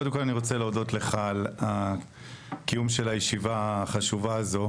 קודם כל אני רוצה להודות לך על קיום הישיבה החשובה הזו,